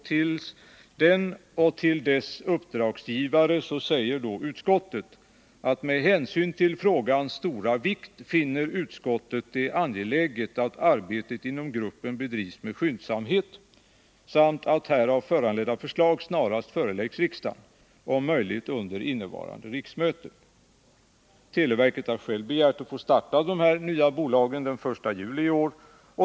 Till den och till dess uppdragsgivare säger utskottet: ”Utskottet finner det med hänsyn till frågans stora vikt angeläget att arbetet inom gruppen bedrivs med skyndsamhet samt att härav föranledda förslag snarast föreläggs riksdagen — om möjligt under innevarande riksmöte.” Televerket har självt begärt att få starta de nya bolagen den 1 juli i år.